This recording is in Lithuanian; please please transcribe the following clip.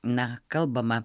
na kalbama